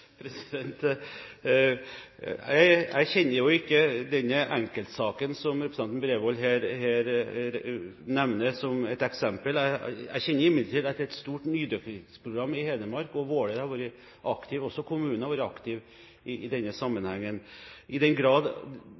Jeg kjenner ikke denne enkeltsaken som representanten Bredvold her nevner som et eksempel. Jeg kjenner imidlertid til at det er et stort nydyrkingsprogram i Hedmark, og i Våler kommune har man vært aktiv i denne sammenhengen. I den grad